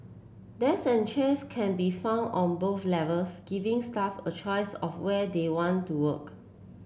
desks and chairs can be found on both levels giving staff a choice of where they want to work